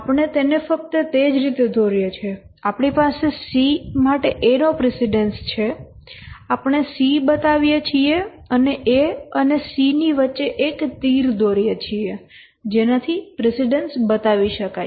આપણે તેને ફક્ત તે જ રીતે દોરે છે આપણી પાસે C માટે A નો પ્રિસીડેન્સ છે આપણે C બતાવીએ છીએ અને A અને C ની વચ્ચે એક તીર દોરીએ છીએ જેનાથી પ્રિસીડેન્સ બતાવી શકાય